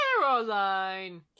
Caroline